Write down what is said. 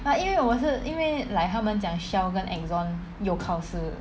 but 因为我是因为 like 他们讲 Shell 跟 Exxon 有考试